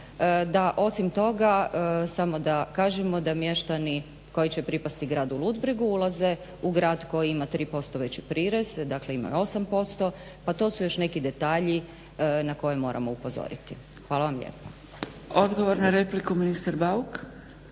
tako. Osim toga, samo da kažemo da mještani koji će pripasti Gradu Ludbregu ulaze u grad koji ima 3% veći prirez, dakle ima 8%, pa to su još neki detalji na koje moramo upozoriti. Hvala vam lijepa. **Zgrebec, Dragica (SDP)** Odgovor na repliku, ministar Bauk.